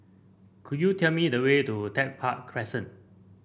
could you tell me the way to Tech Park Crescent